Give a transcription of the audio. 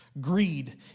Greed